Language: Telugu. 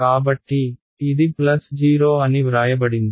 కాబట్టి ఇది ప్లస్ 0 అని వ్రాయబడింది